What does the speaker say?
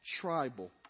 tribal